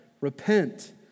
repent